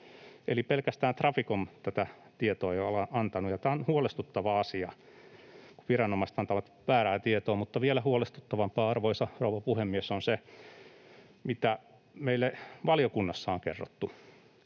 eli pelkästään Traficom tätä tietoa ei ole antanut. Tämä on huolestuttava asia, kun viranomaiset antavat väärää tietoa. Mutta vielä huolestuttavampaa, arvoisa rouva puhemies, on se, mitä meille valiokunnassa on kerrottu.